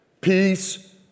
Peace